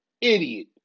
idiot